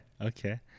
okay